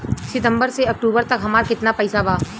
सितंबर से अक्टूबर तक हमार कितना पैसा बा?